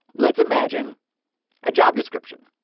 let's imagine a job description,